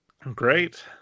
Great